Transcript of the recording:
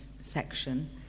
section